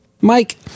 Mike